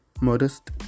modest